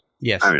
Yes